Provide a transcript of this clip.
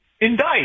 Indict